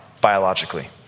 biologically